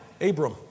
Abram